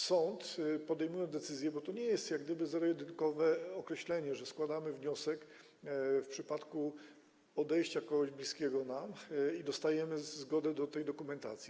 Sąd podejmuje decyzję, bo to nie jest jak gdyby zero-jedynkowo określone, że składamy wniosek w przypadku odejścia kogoś bliskiego nam i dostajemy zgodę na dostęp do tej dokumentacji.